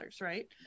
right